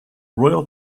royal